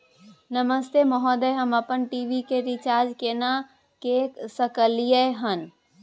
नमस्ते महोदय, हम अपन टी.वी के रिचार्ज केना के सकलियै हन?